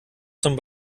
zum